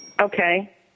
Okay